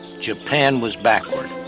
japan was backward.